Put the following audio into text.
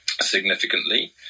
significantly